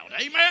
Amen